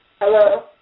Hello